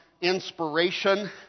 inspiration